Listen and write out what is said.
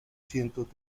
cientos